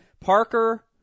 Parker